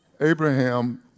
Abraham